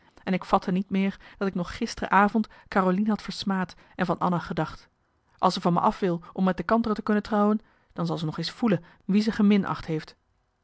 en ik vatte niet meer dat ik nog gisteren avond carolien had versmaad en van anna gedacht als zij van me af wil om met de kantere te kunnen trouwen dan zal ze nog eens voelen wie ze geminacht heeft